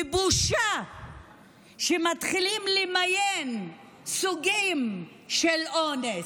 בושה שמתחילים למיין סוגים של אונס: